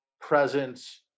presence